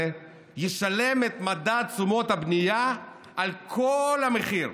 ישלם את מדד תשומות הבנייה על כל המחיר.